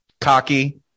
cocky